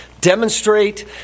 Demonstrate